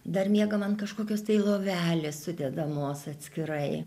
dar miegam ant kažkokios tai lovelės sudedamos atskirai